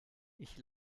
ich